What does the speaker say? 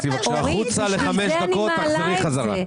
תצאי בבקשה החוצה לחמש דקות ותחזרי חזרה.